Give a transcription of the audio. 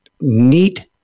neat